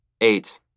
Eight